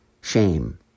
shame